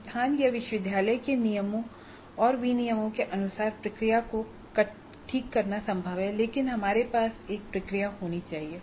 संस्थान या विश्वविद्यालय के नियमों और विनियमों के अनुसार प्रक्रिया को ठीक करना संभव है लेकिन हमारे पास एक प्रक्रिया होनी चाहिए